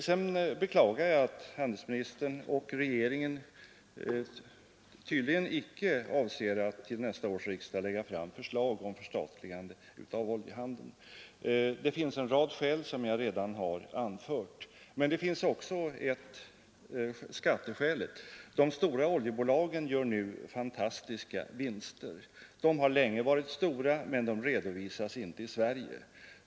Sedan beklagar jag att handelsministern och regeringen tydligen inte avser att till nästa års riksdag lägga fram förslag om förstatligande av oljehandeln. Det finns en rad skäl härvidlag som jag redan har anfört. Men så finns också skatteskälet. De stora oljebolagen gör nu fantastiska vinster. De har länge varit stora, men de redovisas inte i Sverige.